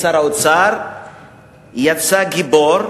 ושר האוצר יצא גיבור,